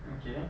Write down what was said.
okay